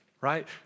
right